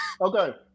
Okay